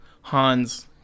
Hans